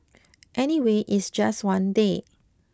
anyway it's just one day